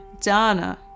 Dana